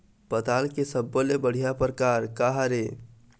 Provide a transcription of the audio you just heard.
पताल के सब्बो ले बढ़िया परकार काहर ए?